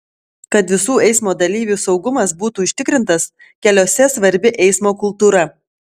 kad visų eismo dalyvių saugumas būtų užtikrintas keliuose svarbi eismo kultūra